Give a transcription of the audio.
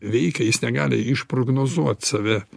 veikia jis negali išprognozuot save